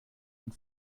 and